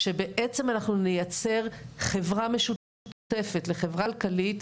ובעצם אנחנו נייצר חברה משותפת לחברה הכלכלית,